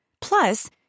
Plus